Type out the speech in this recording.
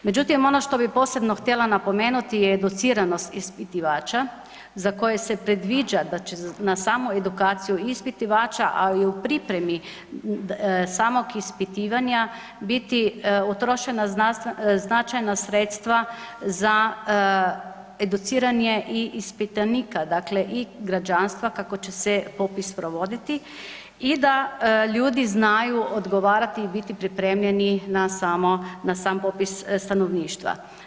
Međutim, ono što bi posebno htjela napomenuti je educiranost ispitivača za koje se predviđa da će na samu edukaciju ispitivača, a i u pripremi samog ispitivanja biti utrošena značajna sredstva za educiranje i ispitanika, dakle građanstva kako će se popis provoditi, i da ljudi znaju odgovarati i biti pripremljeni na samo, na sam popis stanovništva.